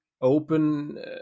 open